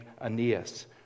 Aeneas